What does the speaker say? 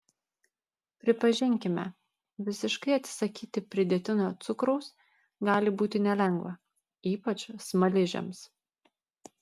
pripažinkime visiškai atsisakyti pridėtinio cukraus gali būti nelengva ypač smaližiams